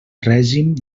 règim